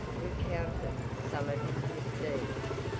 recounted some of his misdeeds.